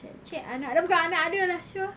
cik anak dia bukan anak dia lah [siol]